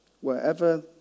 Wherever